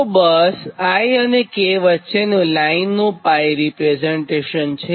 તો આ બસ i અને k વચ્ચેની લાઇન માટેનું રીપ્રેઝન્ટેશન છે